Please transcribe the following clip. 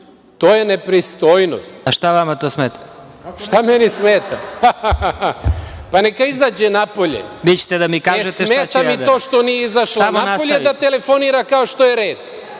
to smeta?)Šta meni smeta? Pa, neka izađe napolje. Smeta mi to što nije izašla napolje da telefonira, kao što je red.